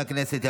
(תיקון,